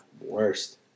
Worst